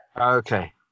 Okay